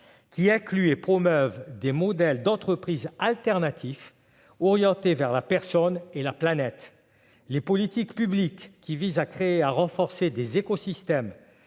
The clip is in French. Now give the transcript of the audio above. qui incluent et promeuvent des modèles d'entreprises alternatifs orientés vers la personne et la planète. Les politiques publiques visant à créer et renforcer des écosystèmes